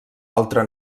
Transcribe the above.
altre